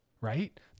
right